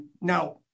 now